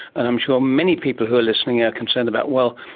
and i'm sure many people who are listening are concerned about, well,